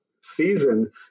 season